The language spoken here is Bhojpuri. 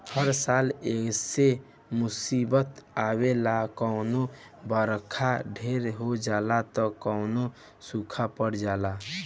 हर साल ऐइसने मुसीबत आवेला कबो बरखा ढेर हो जाला त कबो सूखा पड़ जाला